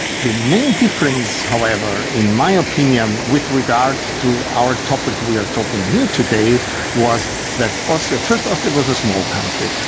the main difference however in my opinion with regard to our topic we are talking here today was that first austria was a small country,